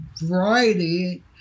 variety